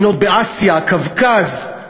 מדינות באסיה, הקווקז,